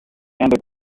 and